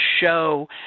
show